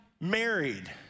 married